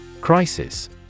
Crisis